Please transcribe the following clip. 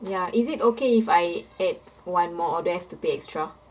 ya is it okay if I add one more or do I have to pay extra